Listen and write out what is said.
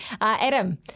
adam